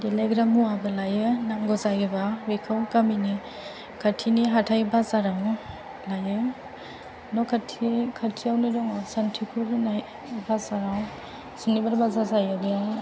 देलाइग्रा मुवाबो लायो नांगौ जायोबा बिखौ गामिनि खाथिनि हाथाइ बाजारावनो लायो न' खाथि खाथियावनो दङ सान्थिपुर होननाय बाजाराव सुनिबार बाजार जायो बेयावनो